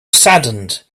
saddened